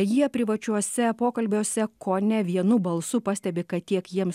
jie privačiuose pokalbiuose kone vienu balsu pastebi kad tiek jiems